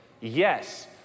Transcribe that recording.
Yes